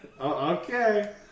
Okay